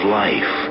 life